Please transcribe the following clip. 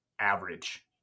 average